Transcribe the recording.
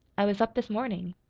i was up this morning.